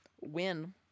win